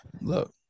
look